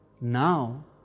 Now